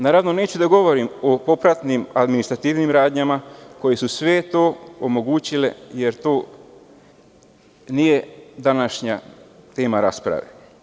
Naravno neću da govorim o propratnim administrativnim radnjama koje su sve to omogućile, jer to nije današnja tema rasprave.